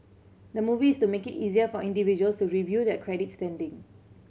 the move is to make it easier for individuals to review their credit standing